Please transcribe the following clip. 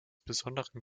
besonderen